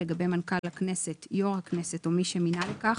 לגבי מנכ"ל הכנסת יו"ר הכנסת או מי שמינה לכך,